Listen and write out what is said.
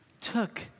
took